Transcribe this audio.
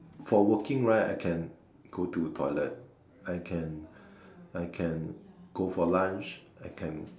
for working right I can go to toilet I can I can go for lunch I can